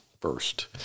first